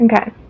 Okay